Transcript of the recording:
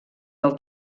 del